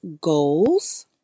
goals